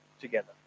together